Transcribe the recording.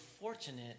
fortunate